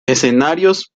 escenarios